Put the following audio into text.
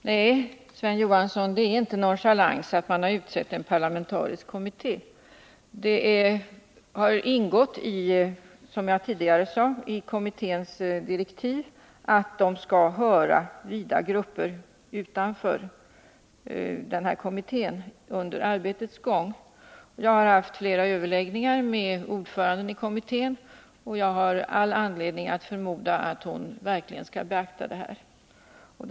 Herr talman! Nej, Sven Johansson, det är inte av nonchalans man låtit kommittén få en parlamentarisk sammansättning. Det ingår, som jag sagt, i kommitténs direktiv att under arbetets gång höra vida grupper utanför denna kommitté. Jag har haft flera överläggningar med ordföranden i kommittén, och jag har all anledning att förmoda att hon verkligen skall beakta de givna direktiven.